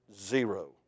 Zero